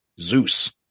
Zeus